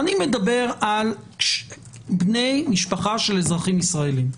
אני מדבר על בני משפחה של אזרחים ישראלים,